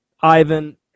Ivan